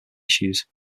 issues